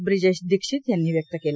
ब्रिजेश दीक्षित यांनी व्यक्त केला